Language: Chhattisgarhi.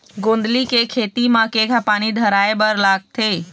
गोंदली के खेती म केघा पानी धराए बर लागथे?